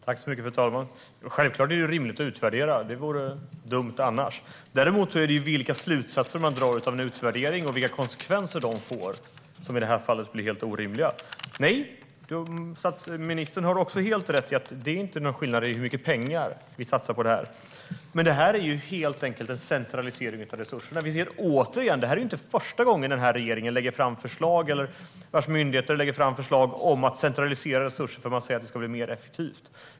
Fru talman! Det är självklart rimligt att utvärdera. Annat vore dumt. Men slutsatserna man drar av utvärderingen och de konsekvenser de får blir helt orimliga i det här fallet. Statsrådet har också helt rätt i att det inte är någon skillnad när det gäller hur mycket pengar vi satsar på det här. Men det här är helt enkelt en centralisering av resurserna. Det är inte första gången den här regeringen, eller dess myndigheter, lägger fram förslag om att centralisera resurser då man säger att det ska bli mer effektivt.